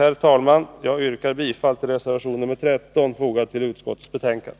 Herr talman! Jag yrkar bifall till reservation 13, fogad till utskottets betänkande.